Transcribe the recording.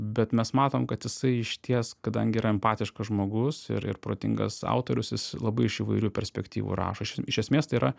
bet mes matom kad jisai išties kadangi yra empatiškas žmogus ir ir protingas autorius jis labai iš įvairių perspektyvų rašo iš esmės tai yra